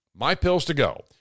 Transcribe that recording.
MyPillsToGo